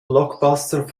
blockbuster